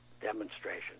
demonstration